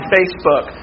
Facebook